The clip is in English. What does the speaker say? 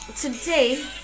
today